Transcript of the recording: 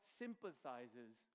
sympathizes